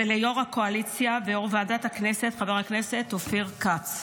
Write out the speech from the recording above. וליו"ר הקואליציה ויו"ר ועדת הכנסת אופיר כץ.